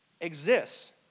exists